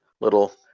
little